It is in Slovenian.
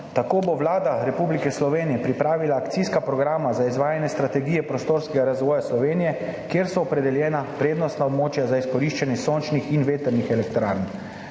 Tako bo Vlada Republike Slovenije pripravila akcijska programa za izvajanje Strategije prostorskega razvoja Slovenije, kjer so opredeljena prednostna območja za izkoriščanje sončnih in vetrnih elektrarn.